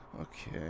okay